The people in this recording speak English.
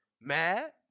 mad